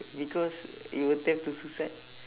because you attempt to suicide